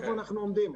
איפה אנחנו עומדים.